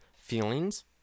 feelings